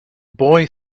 boy